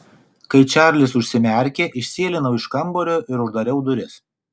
kai čarlis užsimerkė išsėlinau iš kambario ir uždariau duris